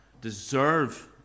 deserve